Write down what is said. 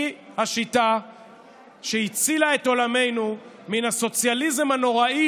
היא השיטה שהצילה את עולמנו מן הסוציאליזם הנורא,